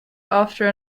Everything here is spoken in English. after